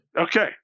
okay